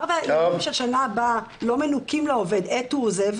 אתי,